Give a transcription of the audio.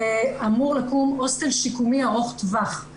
אמור לקום הוסטל שיקומי ארוך טווח.